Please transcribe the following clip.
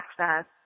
access